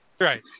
Right